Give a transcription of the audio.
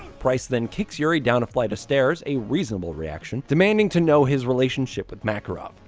price then kicks yuri down a flight of stairs, a reasonable reaction, demanding to know his relationship with makarov.